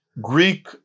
Greek